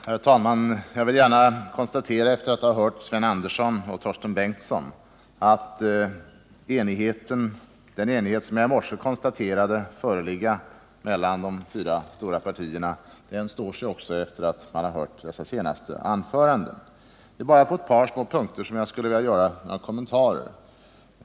Herr talman! Efter att ha hört de senaste anförandena, av Sven Andersson i Stockholm och Torsten Bengtson, vill jag gärna bekräfta att den enighet som jag i morse kunde konstatera föreligger mellan de fyra stora partierna står sig. Det är bara på ett par punkter som jag vill göra några kommentarer.